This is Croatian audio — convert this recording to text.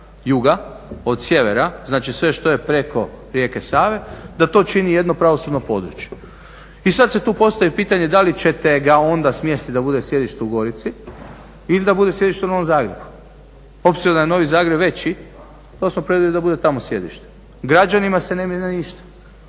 juga od sjevera. Znači sve što je preko rijeke Save da to čini jedno pravosudno područje. I sada se tu postavlja pitanje da li ćete ga onda smjestiti da bude sjedište u Gorici ili da bude sjedište u Novom Zagrebu. Obzirom da je Novi Zagreb veći to smo predvidjeli da bude tamo sjedište. Građanima se ne mijenja ništa,